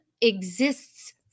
exists